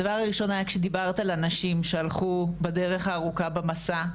הדבר הראשון היה כשדיברת על הנשים שהלכו בדרך הארוכה במסע,